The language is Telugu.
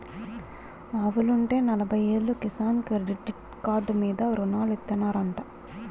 ఆవులుంటే నలబయ్యేలు కిసాన్ క్రెడిట్ కాడ్డు మీద రుణాలిత్తనారంటా